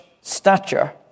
stature